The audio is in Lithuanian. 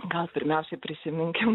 gal pirmiausiai prisiminkim